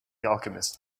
alchemist